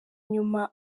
inyuma